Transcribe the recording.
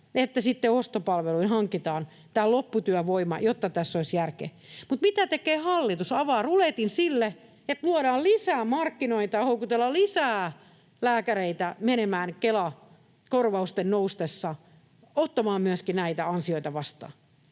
että sitten ostopalveluina hankitaan tämä lopputyövoima, jotta tässä olisi järkeä. Mutta mitä tekee hallitus? Avaa ruletin sille, että luodaan lisää markkinoita houkutella lisää lääkäreitä menemään Kela-korvausten noustessa ottamaan myöskin näitä ansioita vastaan.